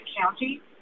county